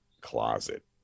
closet